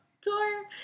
tour